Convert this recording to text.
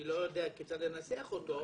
אני לא יודע כיצד לנסח אותו,